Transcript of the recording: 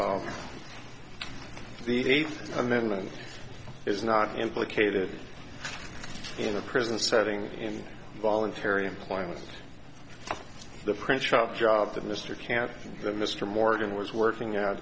the eighth amendment is not implicated in a prison setting in voluntary employment the print shop job that mr kant that mr morgan was working